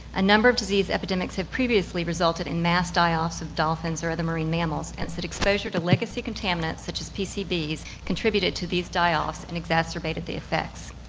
a number of disease epidemics have previously resulted in mass die-offs of dolphins or other marine mammals, and exposure to legacy contaminates such as pcbs contributed to these die-offs and exacerbated the effects.